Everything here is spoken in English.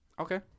Okay